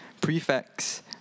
prefects